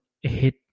hit